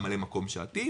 ממלא מקום שעתי,